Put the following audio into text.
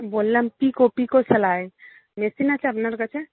বললাম পিকো পিকো সেলাই মেশিন আছে আপনার কাছে